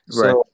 Right